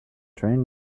train